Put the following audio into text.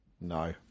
No